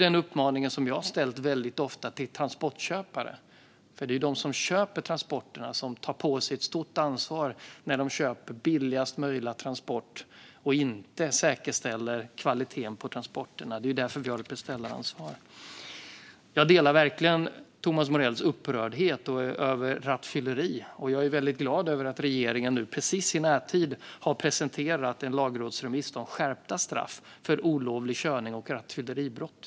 Denna uppmaning har jag ofta riktat till transportköpare, för de som köper transporter tar på sig ett stort ansvar när de köper billigast möjliga transport och inte säkerställer kvaliteten på transporterna. Därför har vi nu ett beställaransvar. Jag delar verkligen Thomas Morells upprördhet över rattfylleri, och jag är glad över att regeringen precis har presenterat en lagrådsremiss om skärpta straff för olovlig körning och rattfylleribrott.